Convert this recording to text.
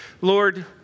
Lord